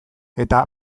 eta